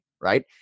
Right